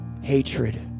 hatred